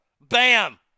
bam